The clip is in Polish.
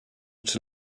czy